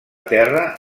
terra